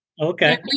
Okay